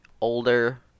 older